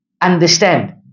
understand